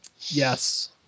Yes